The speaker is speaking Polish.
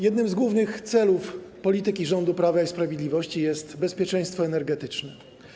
Jednym z głównych celów polityki rządu Prawa i Sprawiedliwości jest bezpieczeństwo energetyczne.